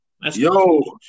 Yo